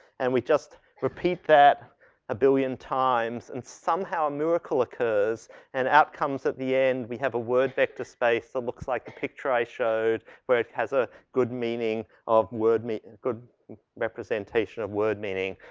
and we just repeat that a billion times and somehow a miracle occurs and outcomes at the end we have a word vector space that looks like a picture i showed where it has a good meaning of word meet and good representation of word meaning.